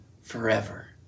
forever